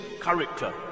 character